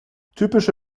typische